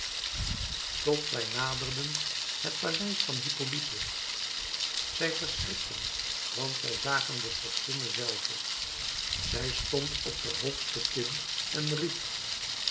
tot zij naderden het paleis van hippolyte zij verschrikten want zij zagen de vorstinne zelve zij stond op de hoogste tin en riep